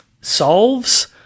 solves